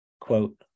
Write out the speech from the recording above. quote